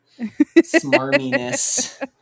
Smarminess